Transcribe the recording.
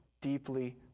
deeply